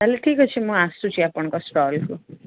ତାହେଲେ ଠିକ୍ ଅଛି ମୁଁ ଆସୁଛି ଆପଣଙ୍କ ଷ୍ଟଲ୍କୁ